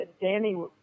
Danny